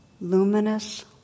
luminous